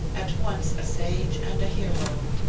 at once a sage and a hero,